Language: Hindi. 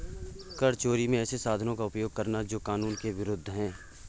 कर चोरी में ऐसे साधनों का उपयोग करना जो कानून के विरूद्ध है